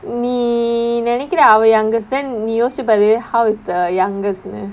நீ நினைக்குற அவ:nee ninaikkura ava youngest நீ யோசுச்சு பாரு:nee yosichu paaru how is the youngest